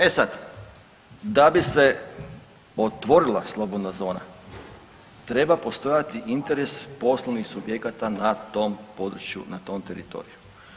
E sad, da bi se otvorila slobodna zona treba postojati interes poslovnih subjekata na tom području, na tom teritoriju.